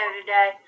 today